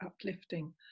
uplifting